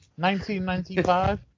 1995